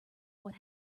what